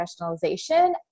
professionalization